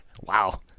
Wow